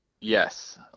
yes